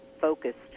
focused